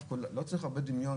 לא צריך הרבה דמיון,